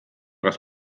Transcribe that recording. raz